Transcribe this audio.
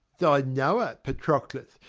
thy knower, patroclus.